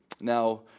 Now